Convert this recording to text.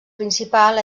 principal